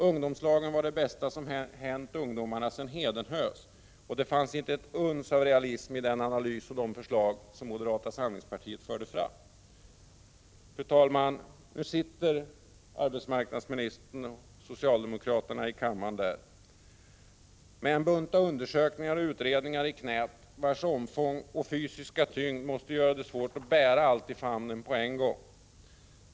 Ungdomslagen var det bästa som hänt ungdomarna sedan Hedenhös, och det fanns inte ett uns av realism i den analys och de förslag som moderata samlingspartiet förde fram. Fru talman! Nu sitter arbetsmarknadsministern och socialdemokraterna i kammaren med en bunt undersökningar och utredningar i knät, vilkas omfång och fysiska tyngd måste göra det svårt att bära allt i famnen på en 11 gång.